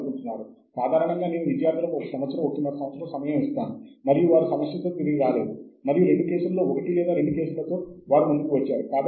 volume ద్వారా కావచ్చు సంఖ్య వారీగా ఒక సంవత్సరం ముందు వరకు ఉండవచ్చు రాబోయే కొన్ని పత్రాలను మనం చూడగలం కానీ అంతకు మించి కుదరదు